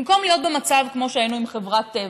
במקום להיות במצב כמו שהיינו עם חברת טבע,